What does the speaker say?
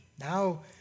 Now